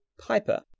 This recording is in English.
piper